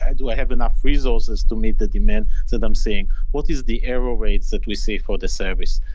ah do i have enough resources to meet the demand, so them saying, what is the error rates that we see for the service?